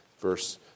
verse